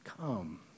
come